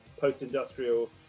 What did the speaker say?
post-industrial